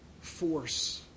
force